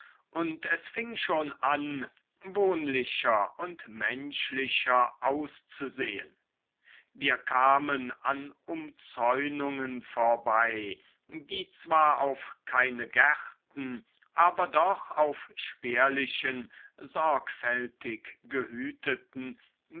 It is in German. und es fing schon an wohnlicher und menschlicher auszusehen wir kamen an umzäunungen vorbei die zwar auf keine gärten aber doch auf spärlichen sorgfältig gehüteten